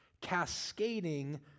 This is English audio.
cascading